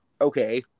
okay